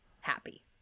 happy